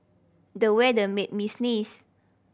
the weather made me sneeze